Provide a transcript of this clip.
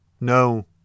No